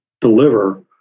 deliver